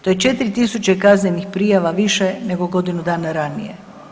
To je 4.000 kaznenih prijava više nego godinu dana ranije.